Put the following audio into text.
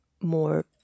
more